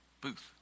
booth